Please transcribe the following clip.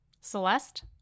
Celeste